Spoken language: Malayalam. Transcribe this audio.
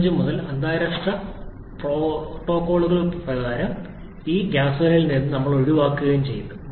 അതുകൊണ്ടാണ് 1975 മുതൽ അന്താരാഷ്ട്ര പ്രോട്ടോക്കോൾ കാരണം ക്രമേണ ഈയം ഗ്യാസോലിനിൽ നിന്ന് ഒഴിവാക്കുന്നത്